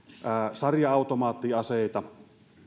sarja automaattiaseita